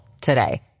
today